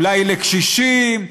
אולי לקשישים,